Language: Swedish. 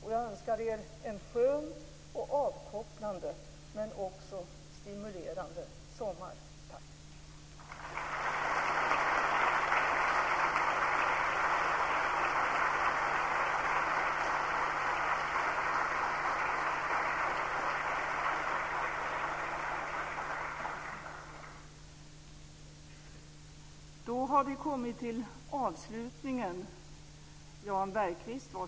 Jag önskar er en skön och avkopplande, men också stimulerande sommar!